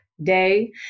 day